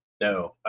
no